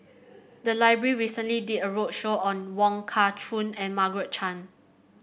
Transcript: the library recently did a roadshow on Wong Kah Chun and Margaret Chan